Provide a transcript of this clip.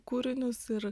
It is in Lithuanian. kūrinius ir